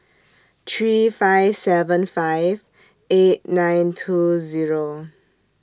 three five seven five eight nine two Zero